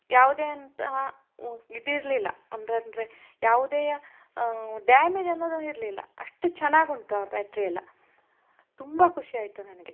ಯಾವುದೆ ಅಂತಹ ಇದಿರಲಿಲ್ಲ ಅಂದರೆ ಅಂದರೆ ಯಾವುದೆ ಡ್ಯಾಮೇಜ್ ಅನ್ನೋದು ಇರಲಿಲ್ಲ ಅಷ್ಟು ಚೆನ್ನಾಗ್ ಉಂಟು ಆ ಬ್ಯಾಟ್ರಿ ಎಲ್ಲ ತುಂಬ ಖುಷಿ ಆಯಿತು ನನಗೆ